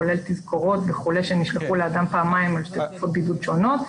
כולל תזכורות וכו' שנשלחו לאדם פעמיים --- בידוד שונות.